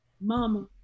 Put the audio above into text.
mama